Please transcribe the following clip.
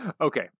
Okay